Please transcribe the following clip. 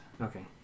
Okay